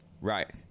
Right